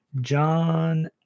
John